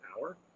hour